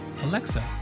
Alexa